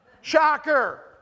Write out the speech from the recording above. Shocker